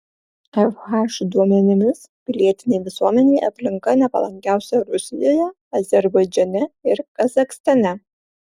fh duomenimis pilietinei visuomenei aplinka nepalankiausia rusijoje azerbaidžane ir kazachstane